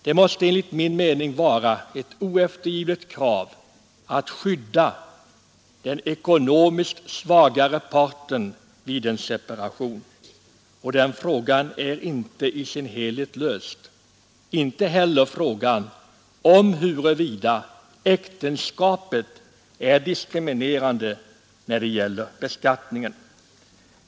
Det måste enligt min mening vara ett oeftergivligt krav att skydda den ekonomiskt svagare parten vid en separation. Och den frågan är inte i sin helhet löst liksom inte heller frågan om huruvida äktenskapet är diskriminerat vid beskattningen.